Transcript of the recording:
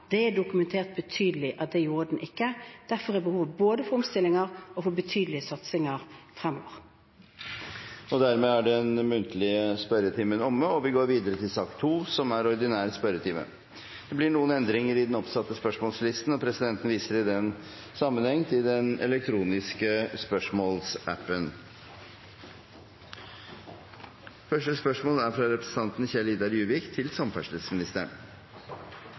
Det er betydelig dokumentert at den ikke gjorde det. Derfor er det behov for både omstillinger og betydelige satsinger fremover. Dermed er den muntlige spørretimen omme, og vi går videre til den ordinære spørretimen. Det blir noen endringer i den oppsatte spørsmålslisten, og presidenten viser i den sammenheng til den elektroniske spørsmålslisten. De foreslåtte endringene i dagens spørretime foreslås godkjent. – Det anses vedtatt. Endringene var som følger: Spørsmål 2, fra representanten